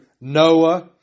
Noah